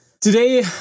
today